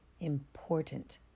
important